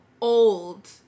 old